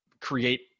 create